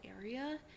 area